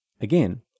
again